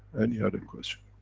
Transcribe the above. any other question.